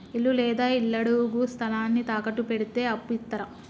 ఇల్లు లేదా ఇళ్లడుగు స్థలాన్ని తాకట్టు పెడితే అప్పు ఇత్తరా?